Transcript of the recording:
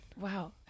Wow